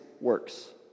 works